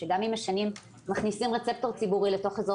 שגם אם מכניסים רצפטור ציבורי לתוך אזור